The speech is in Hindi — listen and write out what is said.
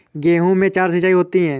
गेहूं में चार सिचाई होती हैं